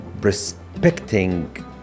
respecting